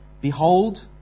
Behold